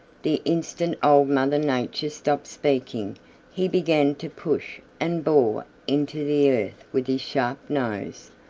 the instant old mother nature stopped speaking he began to push and bore into the earth with his sharp nose.